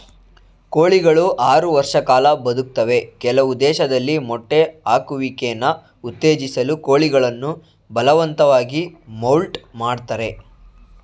ಕೋಳಿಗಳು ಆರು ವರ್ಷ ಕಾಲ ಬದುಕ್ತವೆ ಕೆಲವು ದೇಶದಲ್ಲಿ ಮೊಟ್ಟೆ ಹಾಕುವಿಕೆನ ಉತ್ತೇಜಿಸಲು ಕೋಳಿಗಳನ್ನು ಬಲವಂತವಾಗಿ ಮೌಲ್ಟ್ ಮಾಡ್ತರೆ